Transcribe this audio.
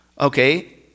okay